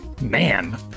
Man